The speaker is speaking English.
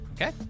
Okay